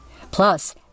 Plus